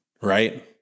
right